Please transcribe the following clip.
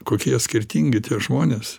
kokie skirtingi tie žmonės